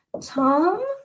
Tom